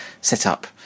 setup